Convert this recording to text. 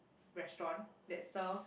restaurant that serve